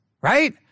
right